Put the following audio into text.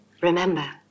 Remember